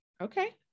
Okay